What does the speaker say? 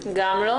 גם לא.